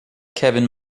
kevin